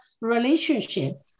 relationship